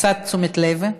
קצת תשומת לב,